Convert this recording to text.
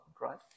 right